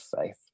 faith